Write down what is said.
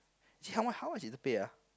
actually how much how much is the pay ah